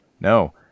no